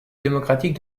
démocratique